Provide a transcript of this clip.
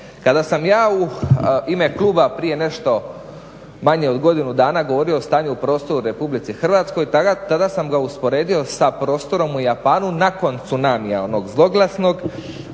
Kada sam ja u ime kluba prije nešto manje od godinu dana govorio o stanju u prostoru u RH tada sam ga usporedio sa prostorom u Japanu nakon tsunamija onog zloglasnog